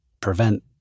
prevent